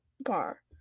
bar